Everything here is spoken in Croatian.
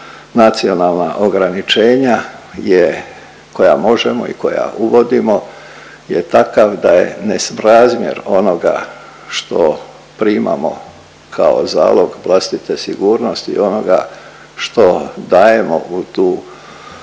nacionalna ograničenja je koja možemo i koja uvodimo je takav da je nesrazmjer onoga što primamo kao zalog vlastite sigurnosti i onoga što dajemo u tu zajedničku